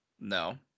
no